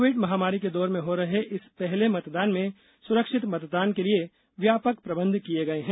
Covid महामारी के दौर में हो रहे इस पहले मतदान में सुरक्षित मतदान के लिए व्यापक प्रबंध किए गए हैं